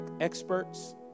experts